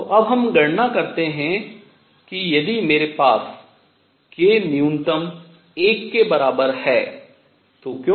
तो अब हम गणना करते हैं कि यदि मेरे पास k न्यूनतम 1 के बराबर है तो क्यों